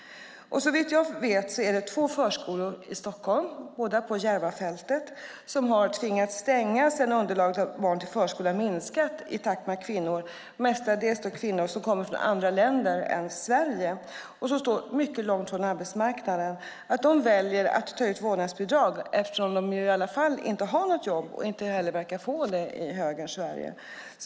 Såvitt jag vet har två förskolor på Järvafältet i Stockholm tvingats stänga sedan underlaget av barn till förskolan minskat i takt med att kvinnor - mestadels kvinnor som kommer från andra länder och som står mycket långt från arbetsmarknaden - väljer att ta ut vårdnadsbidrag eftersom de inte har något jobb och inte verkar få det i högerns Sverige.